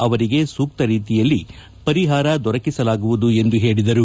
ಅವರಿಗೆ ಸೂಕ್ತ ರೀತಿಯಲ್ಲಿ ಪರಿಹಾರ ದೊರಕಿಸಲಾಗುವುದು ಎಂದು ಹೇಳಿದರು